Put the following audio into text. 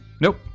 Nope